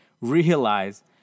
Realize